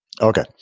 Okay